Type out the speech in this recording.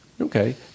Okay